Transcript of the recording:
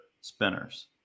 spinners